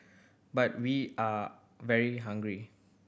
but we are very hungry